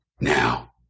now